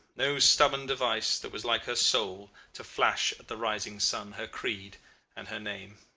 no stubborn device that was like her soul, to flash at the rising sun her creed and her name.